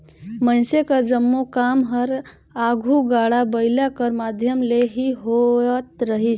मइनसे कर जम्मो काम हर आघु गाड़ा बइला कर माध्यम ले ही होवत रहिस